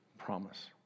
promise